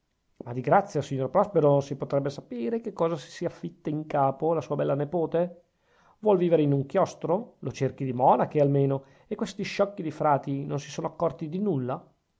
ma di grazia signor prospero si potrebbe sapere che cosa si sia fitta in capo la sua bella nepote vuol vivere in un chiostro lo cerchi di monache almeno e questi sciocchi di frati non si sono accorti di nulla